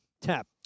Tap